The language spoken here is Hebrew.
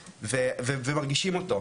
ואנחנו מרגישים אותו,